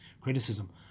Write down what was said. criticism